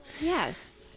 Yes